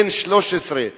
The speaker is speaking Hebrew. בן 13,